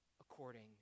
according